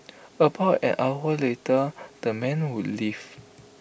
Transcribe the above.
about an hour later the men would leave